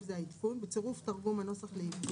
זה העדכון) בצירוף תרגום הנוסח לעברית,